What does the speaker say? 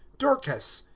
dorcas.